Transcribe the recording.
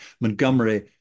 Montgomery